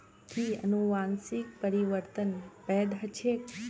कि अनुवंशिक परिवर्तन वैध ह छेक